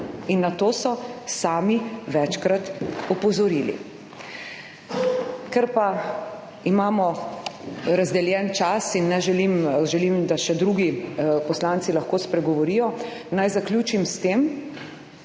in na to so sami večkrat opozorili. Ker pa imamo razdeljen čas in ne želim, želim, da še drugi poslanci lahko spregovorijo, naj zaključim s tem.